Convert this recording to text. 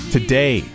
Today